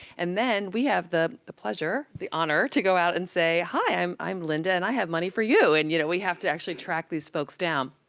and then we have the the pleasure, the honor to go out and say, hi, i'm i'm linda, and i have money for you. and, you know, we have to actually track these folks down.